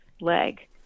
leg